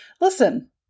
listen